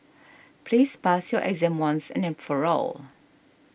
please pass your exam once and then for all